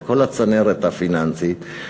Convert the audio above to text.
את כל הצנרת הפיננסית,